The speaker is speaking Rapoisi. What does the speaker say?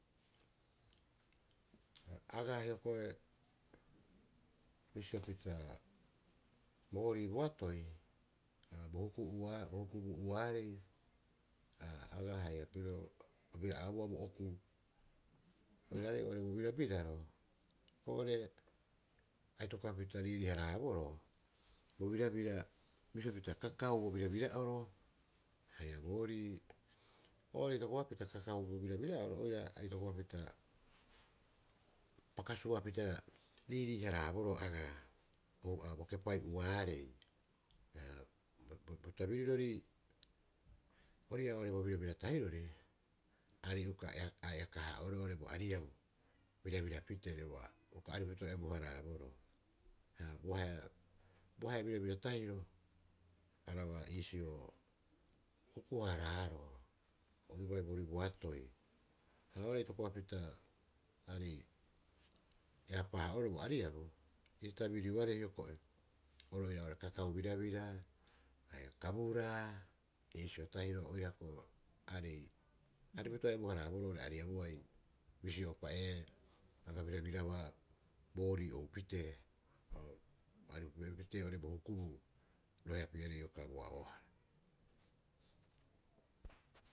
Agaa hioko'oe bisio pita boorii boatoi bo hukubuu'uaarei agaa haia pirio obira'auaa bo okuu oiraarei oo'ore bo birabiraro oo'ore bo birabiraro. Oo'ore a itokopapita riirii- haraboroo bo birabira bisio pita kakao bo birabira'oro haia boorii oo'ore itokopapita kakao bo birabira'oro oira a itokopapita pakasuapita riirii- haraaboro agaa bo kepai'uaarei. Bo tabirirori ori ii'aa oo'ore bo birabira tahiro aire uka arika- haa'oeroo bo ariabu birabira pitere. Ua uka aripupita o ebu- haraaboro, boahea, boahe'a birabira tahiro, araba iisio huku- haaraaroo oru bai boatoi. Ha oo'ore itokopa aarei eapaa- haa'oeroo bo ariabu ii tabirioarei hioko'i oira kaukau birabira haia kaburaa, iisio tahiro oira ko'e aarei, arripupita ebu- haaraaboroo abuai. Bisio'opa ee, aga birabirabaa boorii oupitee, o aripu pitee oo'ore bo hukubuu roeapiarei iokaa bo a'oohara.